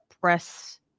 press